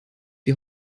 die